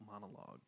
monologue